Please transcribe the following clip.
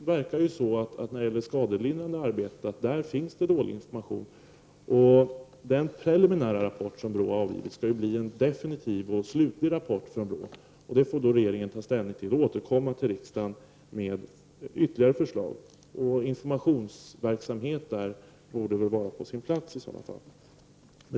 Informationen om det skadelindrande arbetet verkar vara dålig. Den preliminära rapport som BRÅ har avgivit skall bli en definitiv och slutlig rapport, och regeringen får ta ställning till den och återkomma till riksdagen med ytterligare förslag. Där borde informationsverksamhet vara på sin plats.